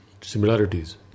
similarities